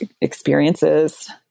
experiences